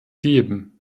geben